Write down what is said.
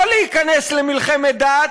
לא להיכנס למלחמת דת,